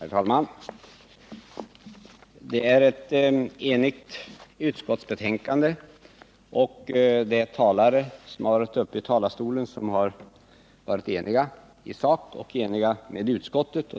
Herr talman! Det är ett enhälligt utskottsbetänkande, och de talare som har varit uppe i talarstolen har i sak varit eniga med utskottet.